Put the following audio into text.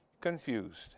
confused